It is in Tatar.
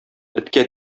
эткә